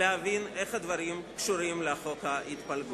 להבין איך הדברים קשורים לחוק ההתפלגות.